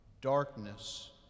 darkness